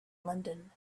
london